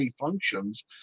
functions